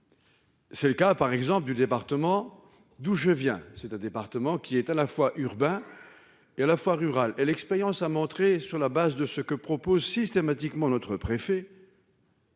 C'est le cas par exemple du département d'où je viens. C'est un département qui est à la fois urbain. Et à la fois rural et l'expérience a montré sur la base de ce que propose systématiquement notre préfet.